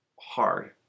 hard